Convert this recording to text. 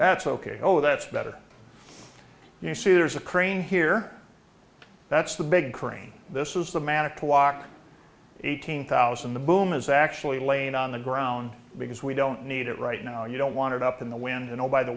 that's ok oh that's better you see there's a crane here that's the big crane this is the magic to walk eighteen thousand the moon is actually laying on the ground because we don't need it right now you don't want it up in the wind and oh by the